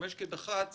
לשמש כדח"צ